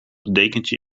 dekentje